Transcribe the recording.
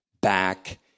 back